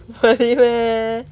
really meh